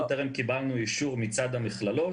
טרם קיבלנו אישור מצד המכללות.